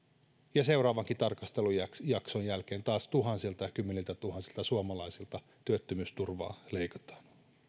ja seuraavankin tarkastelujakson jälkeen taas kymmeniltätuhansilta suomalaisilta työttömyysturvaa leikataan